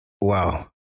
Wow